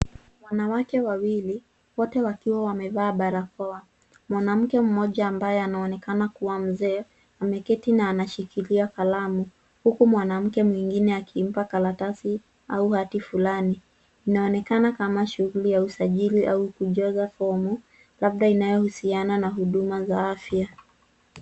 Wanawake wawili, wote wakiwa wamevaa barakoa, mwanamke mmoja ambaye anaonekana kuwa mzee ameketi na anashikilia kalamu huku mwanamke mwingine akimpa karatasi au hati flani. Inaonekana kama shughuli ya usajili au kujaza fomu labda inayohusiana na huduma za afya.